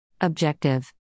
Objective